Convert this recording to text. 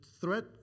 threat